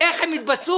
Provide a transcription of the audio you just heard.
איך הן יתבצעו?